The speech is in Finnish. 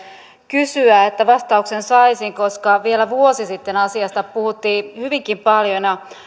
kysyä että vastauksen saisin koska vielä vuosi sitten asiasta puhuttiin hyvinkin paljon